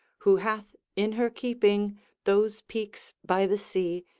who hath in her keeping those peaks by the sea,